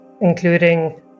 including